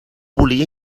volia